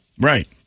Right